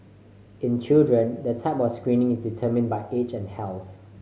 in children the type of screening is determined by age and health